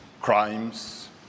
crimes